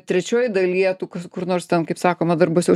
trečioj dalyje tu ku kur nors ten kaip sakoma darbuose